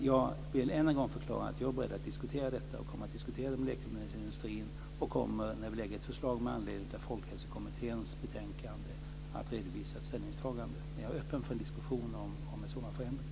Jag vill än en gång förklara att jag är beredd att diskutera detta och kommer att diskutera det med läkemedelsindustrin. Och när vi lägger fram ett förslag med anledning av Folkhälsokommitténs betänkande kommer jag att redovisa ett ställningstagande, men jag är öppen för en diskussion om en sådan förändring.